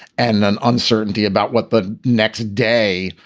and an uncertainty about what the next day,